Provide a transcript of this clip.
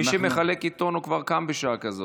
מי שמחלק עיתונים כבר קם בשעה כזאת.